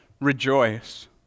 rejoice